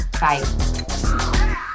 Bye